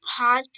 podcast